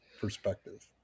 perspective